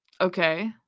okay